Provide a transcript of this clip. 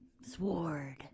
Sword